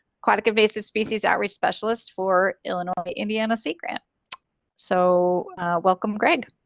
aquatic invasive species outreach specialist for illinois indiana sea-grant, so welcome greg.